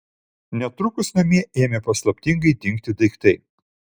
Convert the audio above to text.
netrukus namie ėmė paslaptingai dingti daiktai